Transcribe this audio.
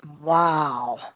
Wow